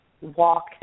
walk